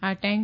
આ ટેન્ક